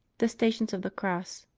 the stations of the cross